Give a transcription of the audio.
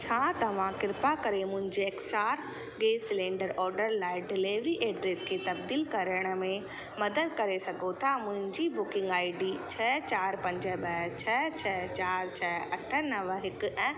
छा तव्हां कृपा करे मुंहिंजे एक्स आर गैस ओडर लाइ डिलेवरी एड्र्स खे तब्दीलु करण में मदद करे सघो था मुंहिंजी बुकिंग आई डी छ चारि पंज ॿ छ छ चारि छ अठ नव हिकु ऐं